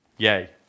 Yay